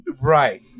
Right